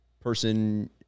person